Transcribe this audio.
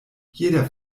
jeder